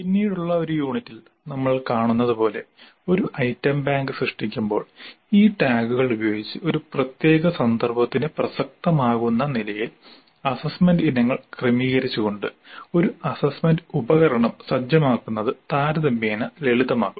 പിന്നീടുള്ള ഒരു യൂണിറ്റിൽ നമ്മൾ കാണുന്നത് പോലെ ഒരു ഐറ്റം ബാങ്ക് സൃഷ്ടിക്കുമ്പോൾ ഈ ടാഗുകൾ ഉപയോഗിച്ച് ഒരു പ്രത്യേക സന്ദർഭത്തിന് പ്രസക്തമാകുന്ന നിലയിൽ അസ്സസ്സ്മെന്റ് ഇനങ്ങൾ ക്രമീകരിച്ചുകൊണ്ട് ഒരു അസ്സസ്സ്മെന്റ് ഉപകരണം സജ്ജമാക്കുന്നത് താരതമ്യേന ലളിതമാകും